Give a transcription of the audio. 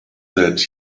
that